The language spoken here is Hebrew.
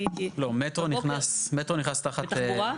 לא, מטרו נכנס, מטרו נכנס תחת תחבורה.